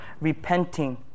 repenting